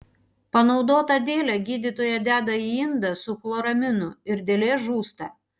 panaudotą dėlę gydytoja deda į indą su chloraminu ir dėlė žūsta